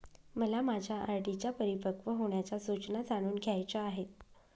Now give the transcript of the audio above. मला माझ्या आर.डी च्या परिपक्व होण्याच्या सूचना जाणून घ्यायच्या आहेत